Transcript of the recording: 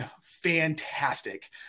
fantastic